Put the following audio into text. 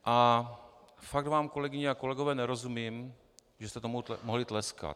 A fakt vám, kolegyně a kolegové, nerozumím, že jste tomu mohli tleskat.